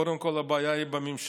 קודם כול הבעיה היא בממשלה.